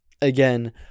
again